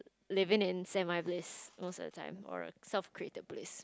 living in semi bliss most of the time or a self created bliss